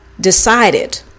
decided